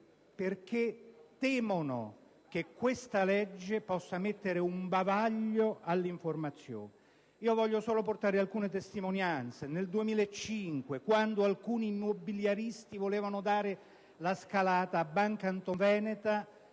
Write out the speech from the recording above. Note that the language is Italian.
perché temono che questa legge possa mettere un bavaglio all'informazione. Voglio solo portare alcune testimonianze. Nel 2005 alcuni immobiliaristi volevano scalare la Banca Antonveneta